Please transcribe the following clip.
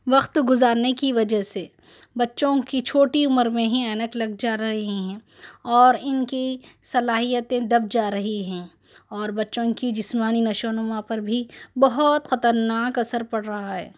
وقت گزارنے کی وجہ سے بچوں کی چھوٹی عمر میں ہی عینک لگ جا رہی ہیں اور ان کی صلاحیتیں دب جا رہی ہیں اور بچوں کی جسمانی نشو و نما پر بھی بہت خطرناک اثر پڑ رہا ہے